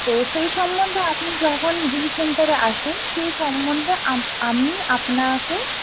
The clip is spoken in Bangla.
তো সেই সম্বন্ধে আপনি যখন জিম সেন্টারে আসবেন সেই সম্বন্ধে আমি আপনাকে